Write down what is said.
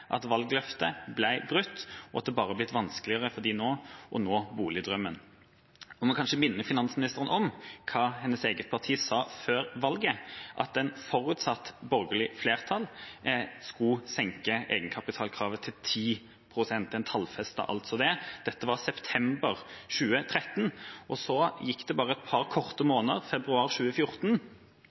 at valgløftet ble brutt, og at det nå bare er blitt vanskeligere for dem å nå boligdrømmen. Jeg må kanskje minne finansministeren på hva hennes eget parti sa før valget, at en, forutsatt et borgerlig flertall, skulle senke egenkapitalkravet til 10 pst. En tallfestet altså det. Dette var i september 2013, så gikk det bare noen måneder – februar 2014